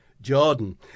Jordan